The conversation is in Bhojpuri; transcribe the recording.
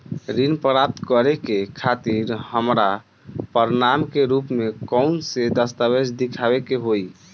ऋण प्राप्त करे के खातिर हमरा प्रमाण के रूप में कउन से दस्तावेज़ दिखावे के होइ?